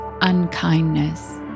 unkindness